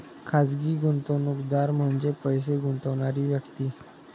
खाजगी गुंतवणूकदार म्हणजे पैसे गुंतवणारी व्यक्ती